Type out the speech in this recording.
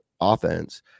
offense